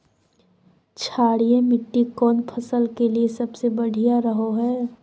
क्षारीय मिट्टी कौन फसल के लिए सबसे बढ़िया रहो हय?